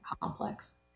complex